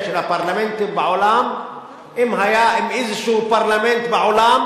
של הפרלמנטים בעולם אם היה איזה פרלמנט בעולם